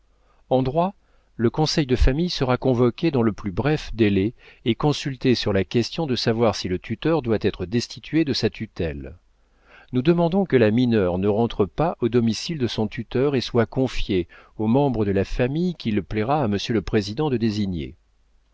le conseil de famille sera convoqué dans le plus bref délai et consulté sur la question de savoir si le tuteur doit être destitué de sa tutelle nous demandons que la mineure ne rentre pas au domicile de son tuteur et soit confiée au membre de la famille qu'il plaira à monsieur le président de désigner